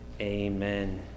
Amen